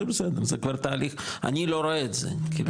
זה כבר תהליך, אני לא רואה את זה כלקוח.